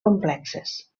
complexes